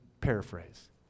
paraphrase